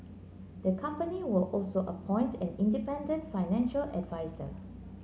the company will also appoint an independent financial adviser